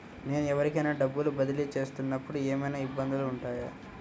నేను ఎవరికైనా డబ్బులు బదిలీ చేస్తునపుడు ఏమయినా ఇబ్బందులు వుంటాయా?